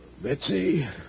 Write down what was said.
Betsy